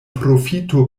profito